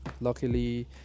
luckily